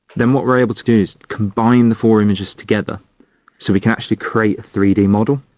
then what we are able to do is combine the four images together so we can actually create a three d model.